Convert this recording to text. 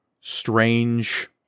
strange